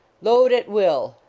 load at will.